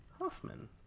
Hoffman